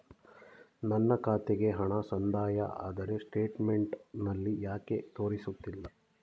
ನನ್ನ ಖಾತೆಗೆ ಹಣ ಸಂದಾಯ ಆದರೆ ಸ್ಟೇಟ್ಮೆಂಟ್ ನಲ್ಲಿ ಯಾಕೆ ತೋರಿಸುತ್ತಿಲ್ಲ?